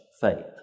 faith